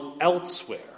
elsewhere